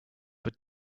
but